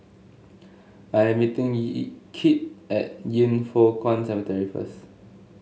I am meeting Kit at Yin Foh Kuan Cemetery first